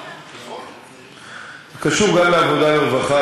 זה קשור גם לעבודה ורווחה,